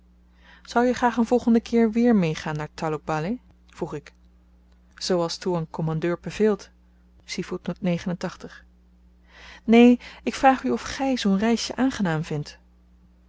zou je graag een volgenden keer weer meegaan naar taloh baleh vroeg ik zoo als toewan kommandeur beveelt neen ik vraag u of gy zoo'n reisjen aangenaam vindt